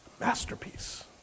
Masterpiece